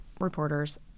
reporters